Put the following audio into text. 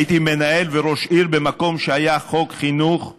הייתי מנהל וראש עיר במקום שהיה חוק יום חינוך ארוך.